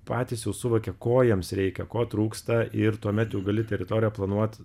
patys jau suvokia ko jiems reikia ko trūksta ir tuomet jau gali teritoriją planuot